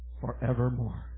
forevermore